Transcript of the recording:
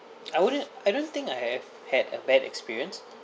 I wouldn't I don't think I have had a bad experience